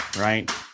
Right